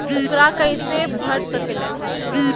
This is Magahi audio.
ऊकरा कैसे भर सकीले?